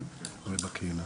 זה מקרה כזה חריג,